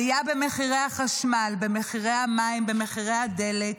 עלייה במחיר החשמל, במחירי המים, במחירי הדלק,